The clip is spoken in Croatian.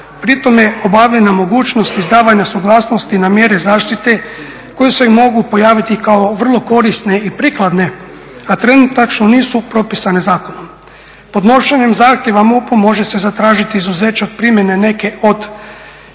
Pri tom je obavljena mogućnost izdavanja suglasnosti na mjere zaštite koje se mogu pojaviti kao vrlo korisne i prikladne, a trenutačno nisu propisane zakonom. Podnošenjem zahtjeva MUP-u može se zatražiti izuzeće od primjene neke od